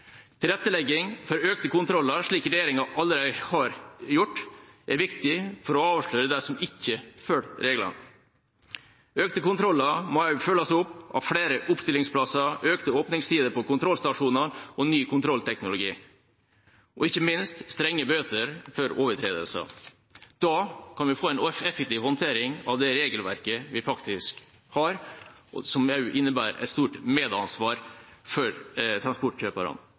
Tilrettelegging for økte kontroller, slik regjeringa allerede har satt i verk, er viktig for å avsløre dem som ikke følger reglene. Økte kontroller må følges opp av flere oppstillingsplasser, utvidede åpningstider på kontrollstasjonene, ny kontrollteknologi og ikke minst strenge bøter for overtredelser. Da kan vi få en effektiv håndtering av det regelverket vi faktisk har, og som også innebærer et stort medansvar for transportkjøperne.